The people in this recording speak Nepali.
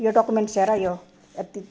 यो डकुमेन्ट्स हेर यो यति